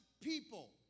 people